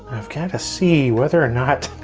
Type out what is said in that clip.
i've got to see whether or not